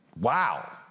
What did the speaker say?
Wow